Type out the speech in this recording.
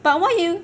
but what are you